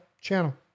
channel